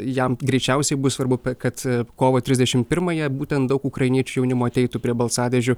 jam greičiausiai bus svarbu kad kovo trisdešimt pirmąją būtent daug ukrainiečių jaunimo ateitų prie balsadėžių